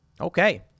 Okay